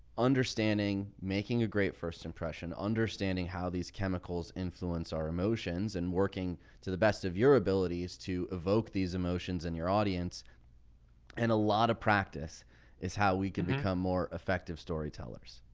understanding, making a great first impression, understanding how these chemicals influence our emotions and working to the best of your abilities to evoke these emotions in your audience and a lot of practice is how we can become more effective storytellers.